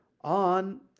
on